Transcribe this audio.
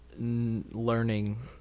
learning